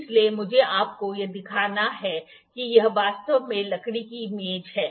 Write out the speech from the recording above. इसलिए मुझे आपको यह दिखाना है कि यह वास्तव में लकड़ी की मेज है